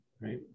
right